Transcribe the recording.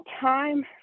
time